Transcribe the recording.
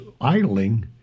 idling